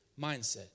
mindset